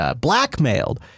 blackmailed